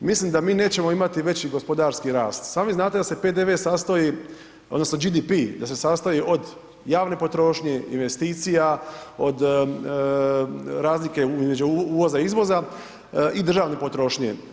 Mislim da mi nećemo imati veći gospodarski rast i sami znate da se PDV sastoji, odnosno GDP da se sastoji od javne potrošnje, investicija, od razlike između uvoza i izvoza i državne potrošnje.